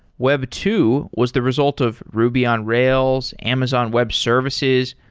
web two was the result of ruby on rails, amazon web services,